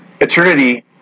Eternity